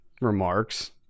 remarks